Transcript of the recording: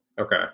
okay